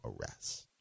arrests